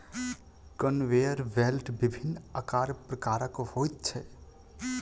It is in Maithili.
कन्वेयर बेल्ट विभिन्न आकार प्रकारक होइत छै